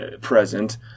present